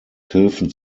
hilfen